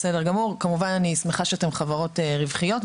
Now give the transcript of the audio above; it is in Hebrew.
כמובן שאני שמחה שאתם חברות רווחיות.